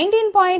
9 plus 19